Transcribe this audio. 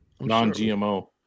Non-GMO